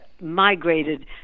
migrated